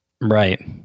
Right